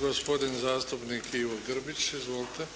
gospodin zastupnik Ivo Grbić. Izvolite.